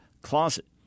closet